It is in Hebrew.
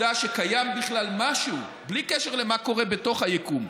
שקיים בכלל משהו, בלי קשר למה קורה בתוך היקום,